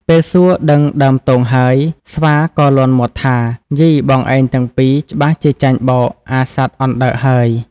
ពេលសួរដឹងដើមទងហើយ ស្វាក៏លាន់មាត់ថា៖ "យីបងឯងទាំងពីរ ច្បាស់ជាចាញ់បោកអាសត្វអណ្ដើកហើយ។